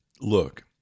look